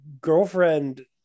girlfriend